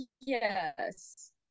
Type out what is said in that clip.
Yes